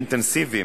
אדוני היושב-ראש,